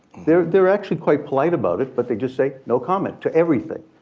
they're they're actually quite polite about it, but they just say, no comment to everything,